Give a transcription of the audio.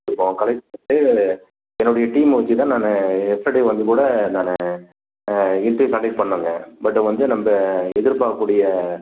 இப்போ என்னுடைய டீமை வச்சு தான் நான் எஸ்டர்டே வந்து கூட நான் இன்ட்ர்வியூ கண்டெக்ட் பண்ணோங்க பட்டு அவங்க வந்து அந்த எதிர்பார்க்கக்கூடிய